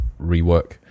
rework